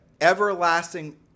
everlasting